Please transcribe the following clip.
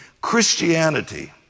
Christianity